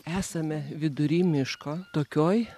esame vidury miško tokioj